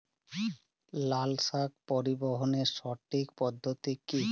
লালশাক পরিবহনের সঠিক পদ্ধতি কি?